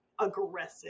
aggressive